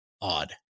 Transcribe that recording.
odd